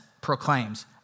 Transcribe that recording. proclaims